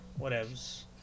whatevs